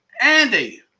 Andy